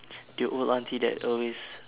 the old auntie that always